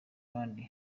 kandi